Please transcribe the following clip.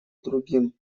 другим